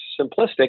simplistic